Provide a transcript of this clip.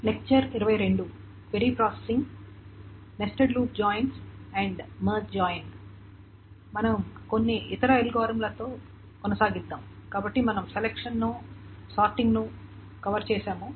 query processing nested loop joins and merge join మనం కొన్ని ఇతర అల్గోరిథంలతో కొనసాగిద్దాం కాబట్టి మనం సెలక్షన్ ను సార్టింగ్ ను కవర్ చేసాము